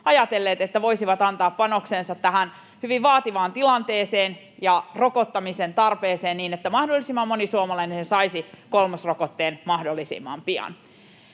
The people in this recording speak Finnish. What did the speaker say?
että voisivat antaa panoksensa tähän hyvin vaativaan tilanteeseen ja rokottamisen tarpeeseen, niin että mahdollisimman moni suomalainen saisi kolmosrokotteen mahdollisimman pian.